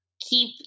keep